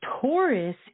Taurus